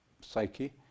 psyche